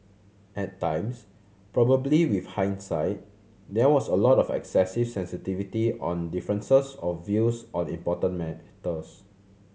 at times probably with hindsight there was a lot of excessive sensitivity on differences of views on important matters